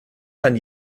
kann